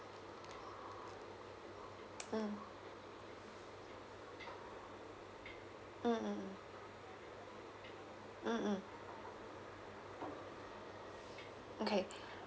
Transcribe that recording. mm mm mm mm mm mm okay